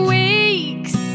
weeks